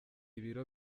ibiro